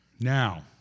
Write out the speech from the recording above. Now